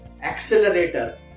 accelerator